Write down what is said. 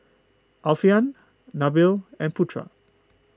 Alfian Nabil and Putra